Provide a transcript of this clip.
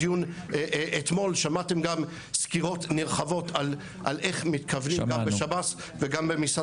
אתמול שמעתם גם סקירות נרחבות על איך מתכוונים גם בשב"ס וגם במשרד